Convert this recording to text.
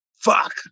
fuck